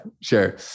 sure